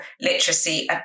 literacy